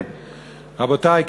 רבותי,